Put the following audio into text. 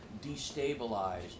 destabilize